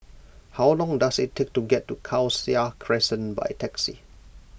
how long does it take to get to Khalsa Crescent by taxi